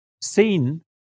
seen